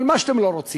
על מה שאתם לא רוצים,